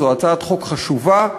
זו הצעת חוק חשובה.